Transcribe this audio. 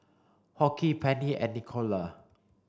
Hoke Pennie and Nicola